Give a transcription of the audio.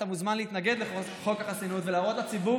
אתה מוזמן להתנגד לחוק החסינות ולהראות לציבור